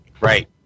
Right